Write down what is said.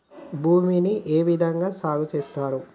భూమిని ఏ విధంగా సాగు చేస్తున్నారు?